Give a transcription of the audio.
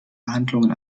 behandlungen